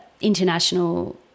international